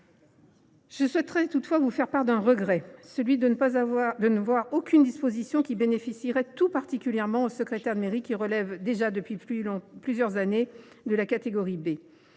Je souhaiterais vous faire part d’un regret : le texte ne prévoit aucune disposition qui bénéficierait tout particulièrement aux secrétaires de mairie, qui relèvent déjà depuis plusieurs années de la catégorie B.